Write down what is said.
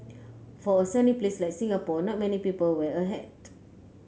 for a sunny place like Singapore not many people wear a hat